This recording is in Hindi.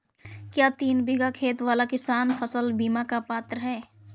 क्या तीन बीघा खेत वाला किसान फसल बीमा का पात्र हैं?